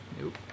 Nope